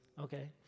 Okay